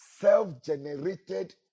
self-generated